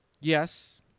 Yes